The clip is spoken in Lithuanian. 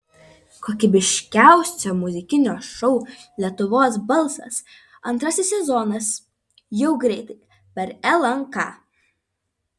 kokybiškiausio muzikinio šou lietuvos balsas antrasis sezonas jau greitai per lnk